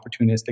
opportunistic